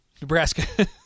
Nebraska